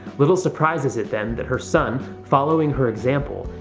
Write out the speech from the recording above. little surprise is it, then, that her son, following her example,